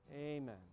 Amen